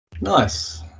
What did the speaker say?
Nice